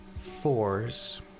fours